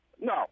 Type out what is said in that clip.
No